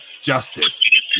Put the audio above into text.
justice